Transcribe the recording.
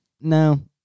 No